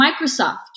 Microsoft